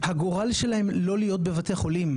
הגורל שלהם הוא לא לחיות בבתי חולים.